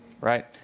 Right